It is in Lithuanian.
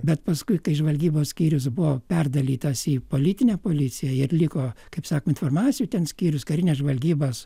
bet paskui kai žvalgybos skyrius buvo perdalytas į politinę policiją ir liko kaip sako informacijų ten skyrius karinės žvalgybos